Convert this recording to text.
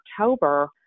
October